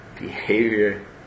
behavior